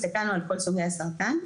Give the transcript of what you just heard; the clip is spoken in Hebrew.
הסתכלנו על כל סוגי הסרטן,